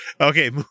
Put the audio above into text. Okay